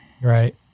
right